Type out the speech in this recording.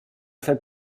fais